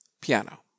piano